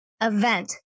event